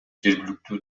жергиликтүү